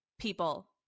people